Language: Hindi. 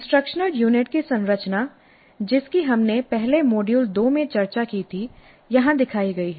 इंस्ट्रक्शनल यूनिट की संरचना जिसकी हमने पहले मॉड्यूल 2 में चर्चा की थी यहां दिखाई गई है